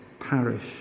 Parish